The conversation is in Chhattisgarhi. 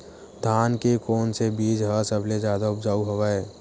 धान के कोन से बीज ह सबले जादा ऊपजाऊ हवय?